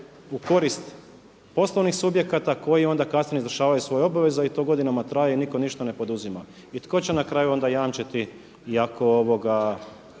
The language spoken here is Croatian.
u korist poslovnih subjekata koji onda kasnije ne izvršavaju svoje obaveze i to godinama traje i nitko ništa ne poduzima. I tko će na kraju onda jamčiti i ako i